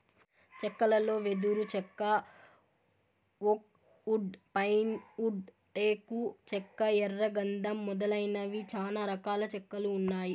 చెక్కలలో వెదురు చెక్క, ఓక్ వుడ్, పైన్ వుడ్, టేకు చెక్క, ఎర్ర గందం మొదలైనవి చానా రకాల చెక్కలు ఉన్నాయి